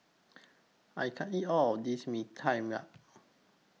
I can't eat All of This Mee Tai Mak